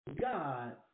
God